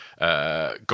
Got